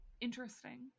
interesting